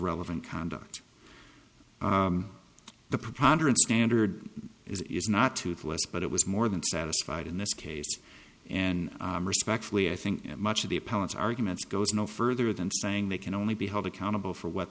relevant conduct the preponderance standard is not toothless but it was more than satisfied in this case and respectfully i think much of the appellate arguments goes no further than saying they can only be held accountable for what